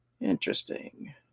Interesting